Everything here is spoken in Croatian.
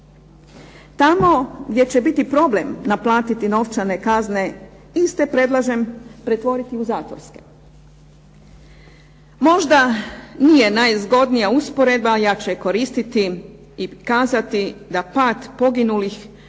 Tamo gdje će biti problem naplatiti novčane kazne, iste predlažem pretvoriti u zatvorske. Možda nije najzgodnija usporedba, ja ću je koristiti i kazati da je pad poginulih